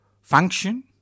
function